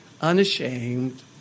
unashamed